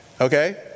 Okay